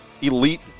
elite